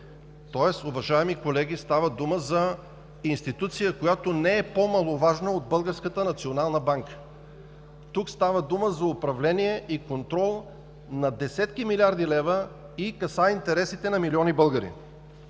Тоест, уважаеми колеги, става дума за институция, която не е по-маловажна от Българската национална банка. Тук става дума за управление и контрол на десетки милиарди лева, и касае интересите на милиони българи,